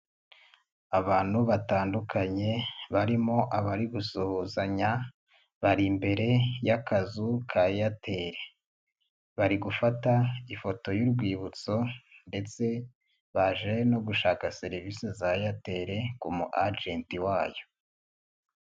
Abantu batandukanye barimo abari gusuhuzanya, bari imbere y'akazu ka Airtel. Bari gufata ifoto y'urwibutso ndetse baje no gushaka serivisi za Airtel ku mu ajenti wayo.